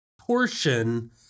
portion